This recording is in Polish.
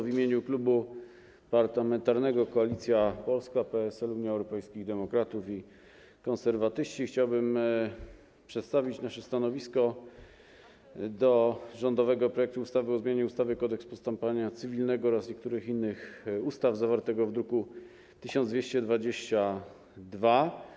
W imieniu Klubu Parlamentarnego Koalicja Polska - PSL, Unia Europejskich Demokratów, Konserwatyści chciałbym przedstawić nasze stanowisko do rządowego projektu ustawy o zmianie ustawy - Kodeks postępowania cywilnego oraz niektórych innych ustaw, zawartego w druku nr 1222.